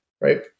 Right